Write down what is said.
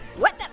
what the?